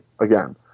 again